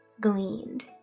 gleaned